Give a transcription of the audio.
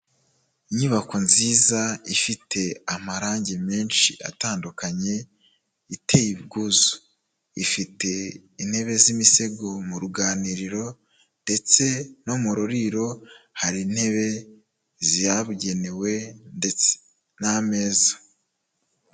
Inyubako nziza ifite amarangi menshi atandukanye, iteye ubwuzu. Ifite intebe z'imisego mu ruganiriro ndetse no mu ruriro hari intebe zabugenewe ndetse n'ameza.